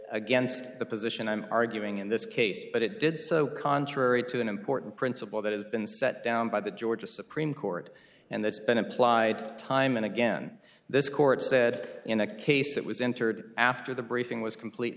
against the position i'm arguing in this case but it did so contrary to an important principle that has been set down by the georgia supreme court and that's been applied time and again this court said in a case that was entered after the briefing was complete in